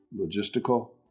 logistical